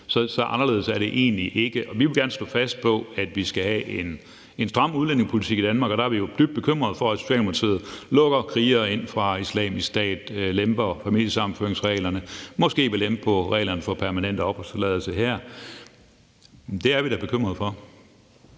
Anderledes er det egentlig ikke. Vi vil gerne stå fast på, at vi skal have en stram udlændingepolitik i Danmark, og der er vi jo dybt bekymrede for, at Socialdemokratiet lukker krigere ind fra Islamisk Stat, lemper familiesammenføringsreglerne og måske vil lempe på reglerne for permanent opholdstilladelse her. Det er vi da bekymret for.